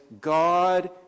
God